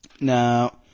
Now